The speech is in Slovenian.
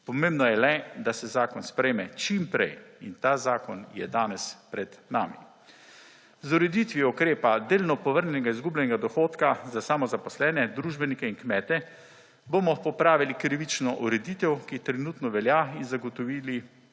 Pomembno je le, da se zakon sprejme čim prej in ta zakon je danes pred nami. Z ureditvijo ukrepa delno povrnjenega izgubljenega dohodka za samozaposlene družbenike in kmete bomo popravili krivično ureditev, ki trenutno velja in zagotovili